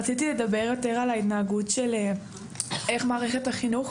רציתי לדבר יותר על איך מערכת החינוך,